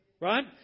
Right